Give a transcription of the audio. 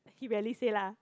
he rarely say lah